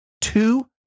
two